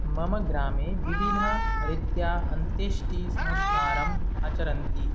मम ग्रामे विविधरीत्या अन्त्येष्टिसंस्कारम् आचरन्ति